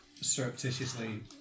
surreptitiously